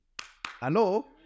Hello